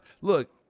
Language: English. look